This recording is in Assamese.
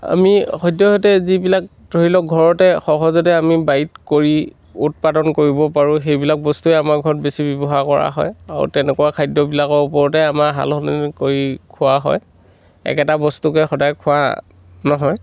আমি সদ্যহতে যিবিলাক ধৰি লওক ঘৰতে সহজতে আমি বাৰীত কৰি উৎপাদন কৰিব পাৰোঁ সেইবিলাক বস্তুৱেই আমাৰ ঘৰত বেছি ব্যৱহাৰ কৰা হয় আৰু তেনেকুৱা খাদ্যবিলাকৰ ওপৰতে আমাৰ সাল সলনি কৰি খোৱা হয় একেটা বস্তুকে সদায় খোৱা নহয়